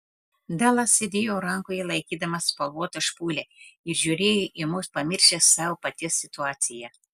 delas sėdėjo rankoje laikydamas spalvotą špūlę ir žiūrėjo į mus pamiršęs savo paties situaciją